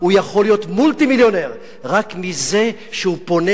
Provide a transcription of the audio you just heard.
הוא יכול להיות מולטי-מיליונר רק מזה שהוא פונה